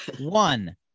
One